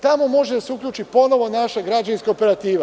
Tamo može da se uključi ponovo naša građevinska operativa.